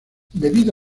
debido